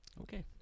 okay